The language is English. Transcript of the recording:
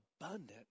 abundant